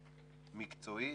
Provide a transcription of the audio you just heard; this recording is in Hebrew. מקצועי,